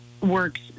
works